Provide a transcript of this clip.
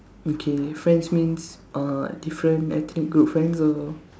okay friends mean uh different ethnic group friends or